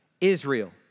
Israel